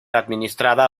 administrada